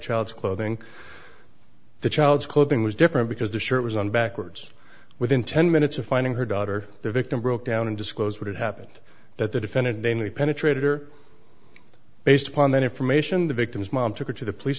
child's clothing the child's clothing was different because the shirt was on backwards within ten minutes of finding her daughter the victim broke down and disclosed what had happened that the defendant namely penetrator based upon that information the victim's mom took it to the police